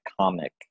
comic